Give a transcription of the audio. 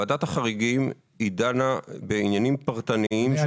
ועדת החריגים דנה בעניינים פרטניים.